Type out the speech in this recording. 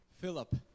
Philip